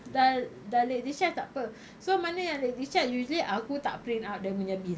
dah dah boleh discharge takpe so mana yang boleh discharge usually aku tak print out dia punya bill